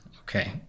okay